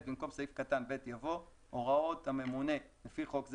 במקום סעיף קטן (ב) יבוא: "(ב)הוראות הממונה לפי חוק זה